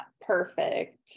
perfect